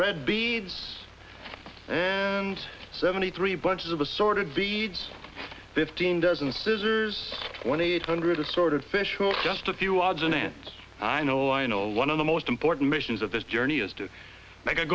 red beads and seventy three bunches of assorted beads fifteen dozen scissors twenty eight hundred assorted fish hooks just a few odds and ends i know i know one of the most important missions of this journey is to make a